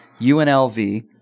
UNLV